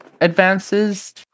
advances